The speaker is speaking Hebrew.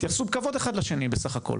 תתייחסו בכבוד אחד לשני בסך הכל,